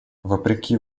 вопреки